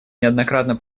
неоднократно